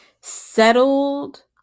Settled